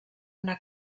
una